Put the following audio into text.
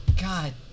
God